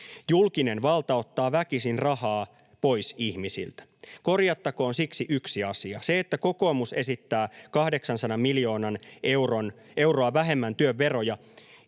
Julkinen valta ottaa väkisin rahaa pois ihmisiltä. Korjattakoon siksi yksi asia: Se, että kokoomus esittää 800 miljoonaa euroa vähemmän työn veroja,